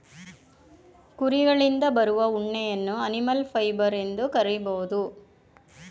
ಕುರಿಗಳಿಂದ ಬರುವ ಉಣ್ಣೆಯನ್ನು ಅನಿಮಲ್ ಫೈಬರ್ ಎಂದು ಕರಿಬೋದು